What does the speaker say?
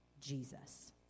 Jesus